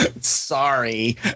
sorry